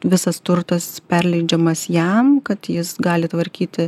visas turtas perleidžiamas jam kad jis gali tvarkyti